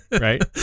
right